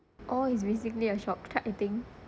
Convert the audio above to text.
all is basically a shortcut eating